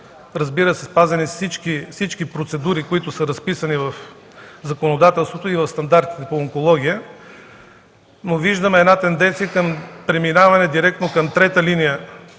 Разбира се, спазени са всички процедури, които са разписани в законодателството и в стандартите по онкология, но виждаме една тенденция към преминаване директно към трета линия